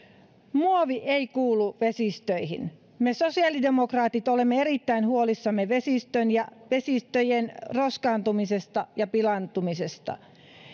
muovi ei kuulu vesistöihin me sosiaalidemokraatit olemme erittäin huolissamme vesistöjen roskaantumisesta ja pilaantumisesta